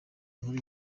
nkuru